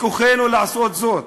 בכוחנו לעשות זאת.